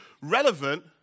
relevant